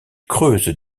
creusent